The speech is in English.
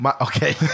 Okay